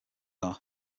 are